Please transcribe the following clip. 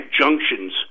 junctions